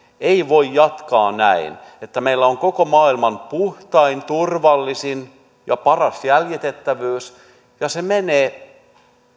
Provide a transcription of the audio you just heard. ei voi jatkaa näin että meillä on koko maailman puhtain turvallisin ja paras jäljitettävyys ja se menee